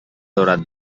daurat